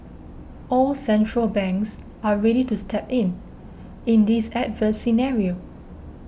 all central banks are ready to step in in this adverse scenario